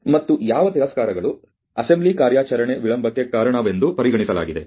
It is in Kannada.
ಮತ್ತು ಯಾವ ತಿರಸ್ಕಾರಗಳು ಅಸೆಂಬ್ಲಿ ಕಾರ್ಯಾಚರಣೆ ವಿಳಂಬಕ್ಕೆ ಕಾರಣವೆಂದು ಪರಿಗಣಿಸಲಾಗಿದೆ